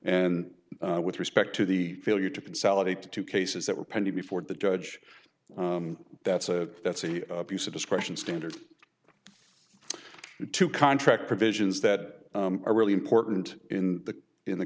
and with respect to the failure to consolidate the two cases that were pending before the judge that's a that's a abuse of discretion standard two contract provisions that are really important in the in the